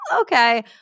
okay